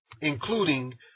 including